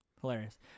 hilarious